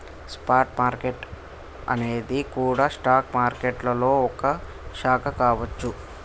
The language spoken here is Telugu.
స్పాట్ మార్కెట్టు అనేది గూడా స్టాక్ మారికెట్టులోనే ఒక శాఖ కావచ్చు